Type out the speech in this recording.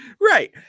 right